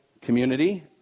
community